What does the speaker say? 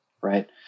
Right